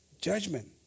judgment